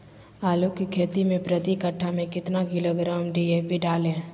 आलू की खेती मे प्रति कट्ठा में कितना किलोग्राम डी.ए.पी डाले?